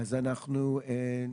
ליהי,